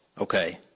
Okay